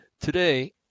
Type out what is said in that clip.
Today